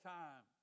time